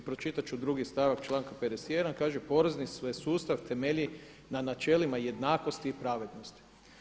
I pročitat ću 2. stavak članka 51. kaže: „porezni se sustav temelji na načelima jednakosti i pravednosti“